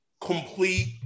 complete